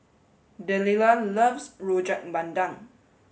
Delilah loves rojak bandung